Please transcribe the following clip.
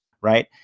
right